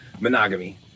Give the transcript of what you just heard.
Monogamy